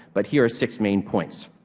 but here are six main points.